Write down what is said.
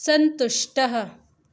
सन्तुष्टः